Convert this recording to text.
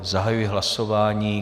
Zahajuji hlasování.